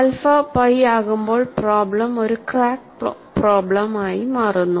alpha pi ആകുമ്പോൾ problem ഒരു crack problem ആയി മാറുന്നു